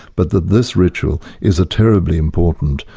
but that this ritual is a terribly important,